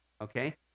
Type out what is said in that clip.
Okay